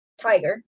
Tiger